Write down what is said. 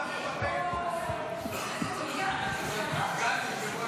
(חבר הכנסת חנוך דב מלביצקי יוצא מאולם